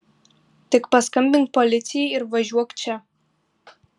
tik paskambink policijai ir važiuok čia